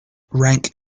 rank